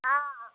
हँ